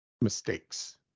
mistakes